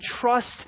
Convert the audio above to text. trust